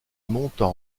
montent